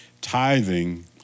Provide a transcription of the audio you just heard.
tithing